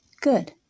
Good